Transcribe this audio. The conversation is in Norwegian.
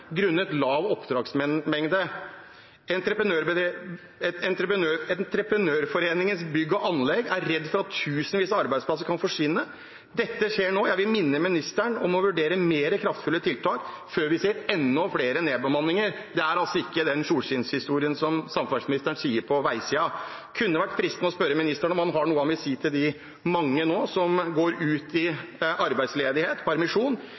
grunnet lav oppdragsmengde. Entreprenørforeningen – Bygg og Anlegg er redd for at tusenvis av arbeidsplasser kan forsvinne. Dette skjer nå. Jeg vil minne ministeren om å vurdere mer kraftfulle tiltak før vi ser enda flere nedbemanninger. Det er altså ingen solskinnshistorie, slik samferdselsministeren sier det er, på veisiden. Det kunne vært fristende å spørre ministeren om han har noe han vil si til de mange som nå går ut i arbeidsledighet og permisjon